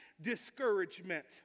discouragement